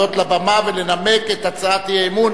לעלות לבמה ולנמק את הצעת האי-אמון